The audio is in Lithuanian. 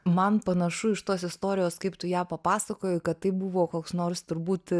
man panašu iš tos istorijos kaip tu ją papasakojai kad tai buvo koks nors turbūt